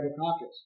caucus